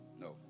No